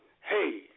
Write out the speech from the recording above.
hey